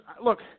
look